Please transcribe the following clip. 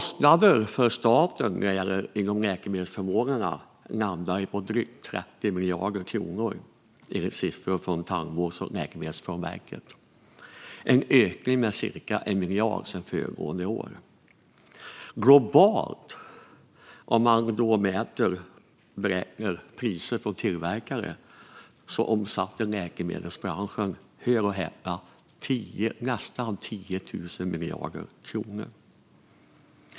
Statens kostnader för läkemedelsförmånerna landar på drygt 30 miljarder kronor, enligt siffror från Tandvårds och läkemedelsförmånverket. Det är en ökning med cirka 1 miljard sedan föregående år. Globalt, om man beräknar utifrån tillverkarnas priser, omsatte läkemedelsbranschen - hör och häpna! - nästan 10 000 miljarder kronor.